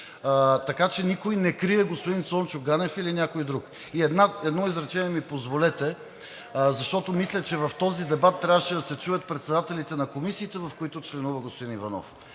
така че никой не крие господин Цончо Ганев или някого друг. И едно изречение ми позволете, защото мисля, че в този дебат трябваше да се чуят председателите на комисиите, в които членува господин Иванов.